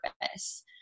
purpose